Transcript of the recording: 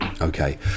Okay